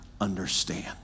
understand